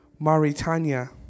Mauritania